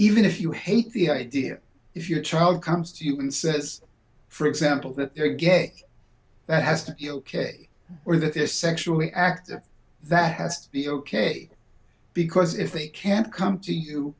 even if you hate the idea if your child comes to you and says for example that they get that has to be ok or that they're sexually active that has to be ok because if they can't come to you